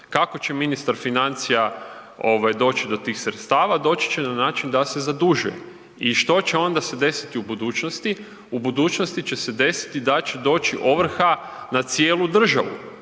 Kako će ministar financija doći do tih sredstava? Doći će na način da se zaduže. I što će se onda desiti u budućnosti? U budućnosti će se desiti da će doći ovrha na cijelu državu.